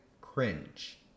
cringe